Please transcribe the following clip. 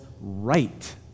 right